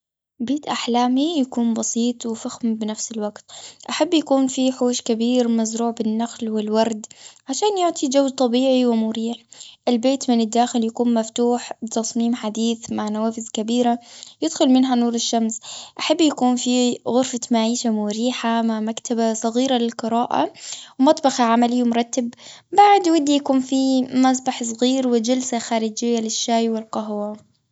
بيت أحلامي يكون بسيط وفخم بنفس الوقت. أحب يكون في حوش كبير، مزروع بالنخل والورد، عشان يعطي جو طبيعي ومريح. البيت من الداخل يكون مفتوح بتصميم حديث، مع نوافذ كبيرة يدخل منها نور الشمس. أحب يكون في غرفة معيشة مريحة، مع مكتبة صغيرة للقراءة، ومطبخ عملي ومرتب. بعد ودي يكون فيه مسبح صغير، وجلسة خارجية للشاي والقهوة.